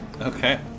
Okay